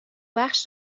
بخش